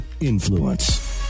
Influence